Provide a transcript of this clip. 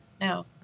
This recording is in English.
No